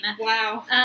Wow